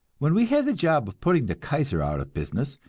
when we had the job of putting the kaiser out of business,